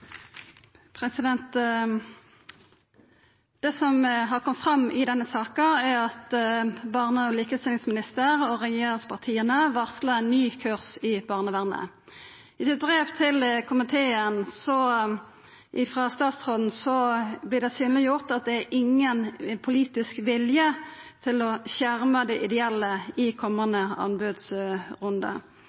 Det som har komme fram i denne saka, er at barne- og likestillingsministeren og regjeringspartia varslar ein ny kurs i barnevernet. I statsråden sitt brev til komiteen vert det synleggjort at det er ingen politisk vilje til å skjerma dei ideelle i kommande